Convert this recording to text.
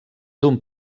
d’un